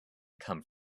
come